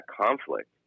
conflict